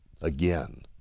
again